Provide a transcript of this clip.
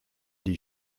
die